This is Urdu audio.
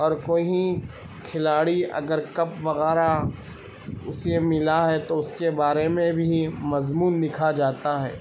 اور کہیں کھلاڑی اگر کپ وغیراسے ملا ہے تو اس کے بارے میں بھی مضمون لکھا جاتا ہے